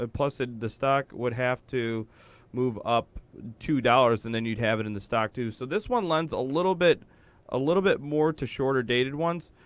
ah plus, the stock would have to move up two dollars and then you'd have it in the stock, too. so this one lends a little bit ah little bit more to shorter dated ones.